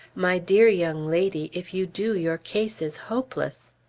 my dear young lady, if you do, your case is hopeless.